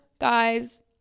guys